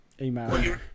email